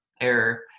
error